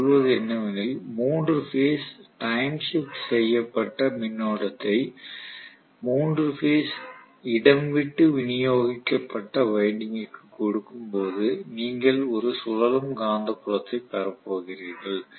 இது சொல்வது என்னவெனில் 3 பேஸ் டைம் ஷிப்ட் செய்யப்பட்ட மின்னோட்டத்தை 3 பேஸ் இடம் விட்டு விநியோகிக்கப்பட்ட வைண்டிங்குக்கு கொடுக்கும் போது நீங்கள் ஒரு சுழலும் காந்தப்புலத்தைப் பெறப் போகிறீர்கள்